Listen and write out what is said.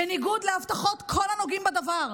בניגוד להבטחות כל הנוגעים בדבר.